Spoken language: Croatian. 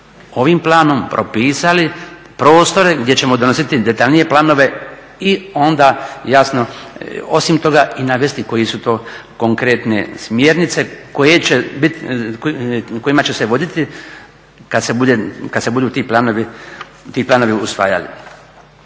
ovim planom propisali prostore gdje ćemo donositi detaljnije planove i onda jasno, osim toga i navesti koji su to konkretne smjernice kojima će se voditi, kad se budu ti planovi usvajali.